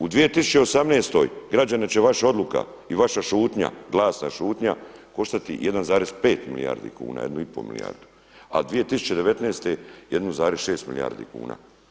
U 2018. građane će vaša odluka i vaša šutnja, glasna šutnja koštati 1,5 milijardi kuna, 1 i pol milijardu, a 2019. 1,6 milijardi kuna.